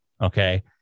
okay